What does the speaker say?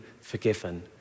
forgiven